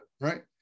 right